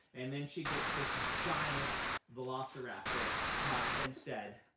and then she gets this giant velociraptor instead.